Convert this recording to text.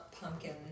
Pumpkin